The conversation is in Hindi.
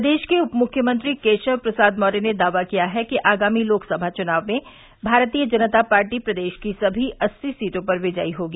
प्रदेश के उप मुख्यमंत्री केशव प्रसाद मौर्य ने दावा किया है कि आगामी लोकसभा चुनाव में भारतीय जनता पार्टी प्रदेश की सभी अस्सी सीटों पर विजयी होगी